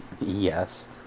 Yes